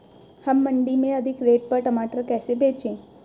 हम मंडी में अधिक रेट पर टमाटर कैसे बेचें?